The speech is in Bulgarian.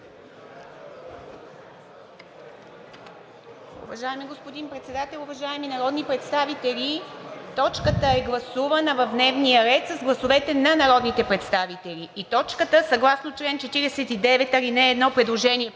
Уважаеми господин Председател, уважаеми народни представители! Точката е гласувана в дневния ред с гласовете на народните представители и според чл. 49, ал. 1, предложение